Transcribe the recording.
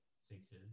sixes